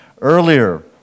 earlier